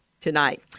tonight